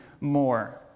more